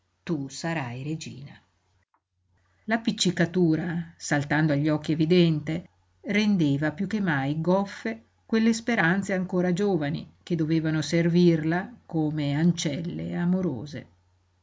tu sarai regina l'appiccicatura saltando agli occhi evidente rendeva piú che mai goffe quelle speranze ancora giovani che dovevano servirla come ancelle amorose